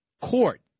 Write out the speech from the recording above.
court